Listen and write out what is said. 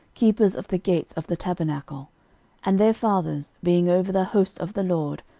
keepers of the gates of the tabernacle and their fathers, being over the host of the lord,